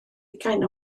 ugain